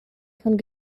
von